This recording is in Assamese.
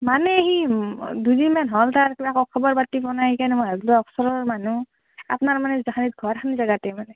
মানে সি দুদিনমান হ'ল তাৰ কিবা একো খবৰ পাতি পোৱা নাই সেইকাৰণে ভাব্লো ওচৰৰ মানুহ আপ্নাৰ মানে যিখিনিত ঘৰ সেইখিনি জেগাতে